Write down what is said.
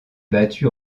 battue